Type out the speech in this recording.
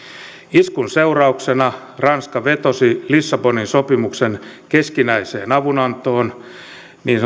iskun seurauksena ranska vetosi lissabonin sopimuksen keskinäiseen avunantoon niin